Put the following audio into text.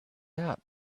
that